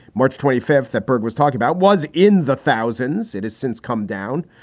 march twenty fifth, that berg was talking about was in the thousands. it has since come down.